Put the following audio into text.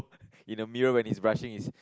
in the mirror when he's brushing his